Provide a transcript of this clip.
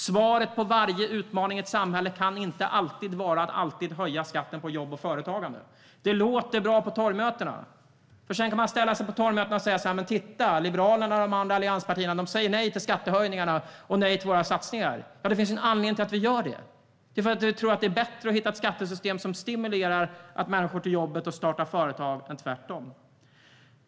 Svaret på varje utmaning i ett samhälle kan inte alltid vara att höja skatten på jobb och företagande. Det låter bra på torgmötena, där man kan ställa sig och säga: Titta, Liberalerna och de andra allianspartierna säger nej till skattehöjningarna och våra satsningar. Men det finns en anledning till att vi gör det. Vi tror att det är bättre att hitta ett skattesystem som stimulerar människor till att jobba och starta företag, inte tvärtom.